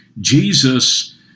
Jesus